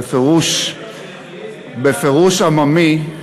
בפירוש עממי,